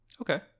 Okay